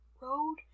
road